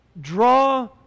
draw